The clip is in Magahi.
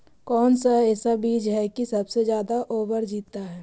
कौन सा ऐसा बीज है की सबसे ज्यादा ओवर जीता है?